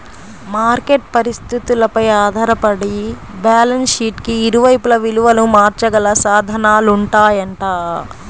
market పరిస్థితులపై ఆధారపడి balance షీట్కి ఇరువైపులా విలువను మార్చగల సాధనాలుంటాయంట